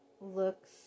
looks